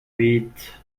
huit